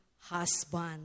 husband